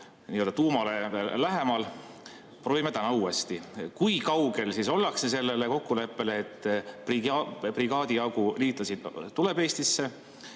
olla tuumale lähemal, proovime täna uuesti. Kui kaugel ollakse sellele kokkuleppele, et brigaadi jagu liitlasi tuleb Eestisse?